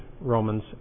Romans